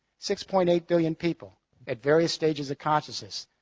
six point eight billion people at various stages of consciousness,